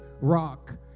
rock